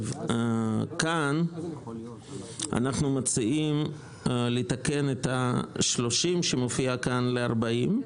כאן אנחנו מציעים לתקן את ה-30 שמופיע כאן ל-40.